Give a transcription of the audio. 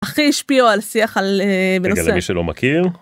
הכי שפיעו על שיח על אה, בנושא, רגע למי שלא מכיר.